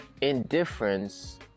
indifference